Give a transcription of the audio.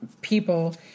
people